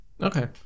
Okay